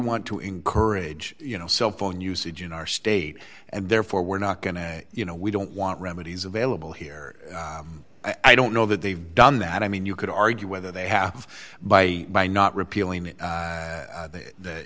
want to encourage you know cell phone usage in our state and therefore we're not going to you know we don't want remedies available here i don't know that they've done that i mean you could argue whether they have by by not repealing it that